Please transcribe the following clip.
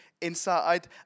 inside